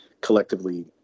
collectively